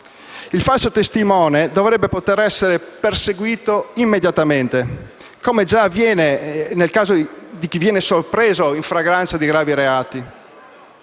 Il falso testimone dovrebbe poter essere perseguito immediatamente, come già avviene nel caso di chi viene sorpreso in flagranza di gravi reati